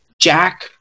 Jack